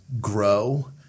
grow